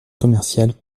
commerciale